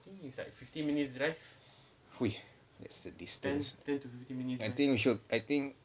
oo that's a distance I think we should I think